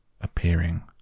appearing